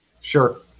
Sure